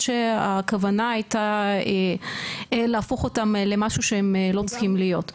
שהכוונה הייתה להפוך אותם למשהו שהם לא צריכים להיות.